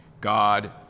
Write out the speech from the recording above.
God